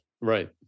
Right